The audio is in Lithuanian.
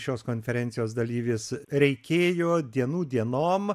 šios konferencijos dalyvis reikėjo dienų dienom